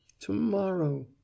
to-morrow